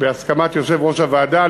בהסכמת יושב-ראש הוועדה.